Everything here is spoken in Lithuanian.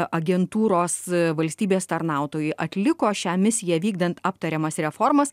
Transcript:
agentūros valstybės tarnautojai atliko šią misiją vykdant aptariamas reformas